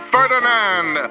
Ferdinand